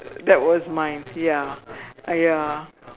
that was my ya I ya